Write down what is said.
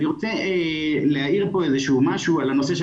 אני רוצה להעיר פה איזשהו משהו לנושא של